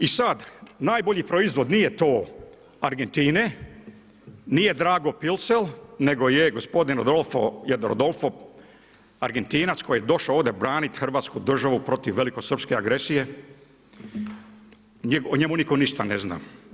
I sad najbolji proizvod nije to Argentine, nije Drago Filsel, nego je gospodin … Argentinac koji je došao ovdje braniti Hrvatsku državu protiv velikosrpske agresije, o njemu nitko ništa ne zna.